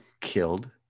killed